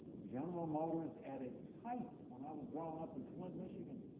general motors at its height, when i was growing up in flint, michigan,